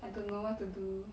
I don't know what to do